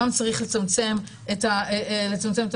גם צריך לצמצם את המבחן.